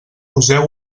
poseu